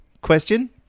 Question